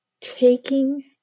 taking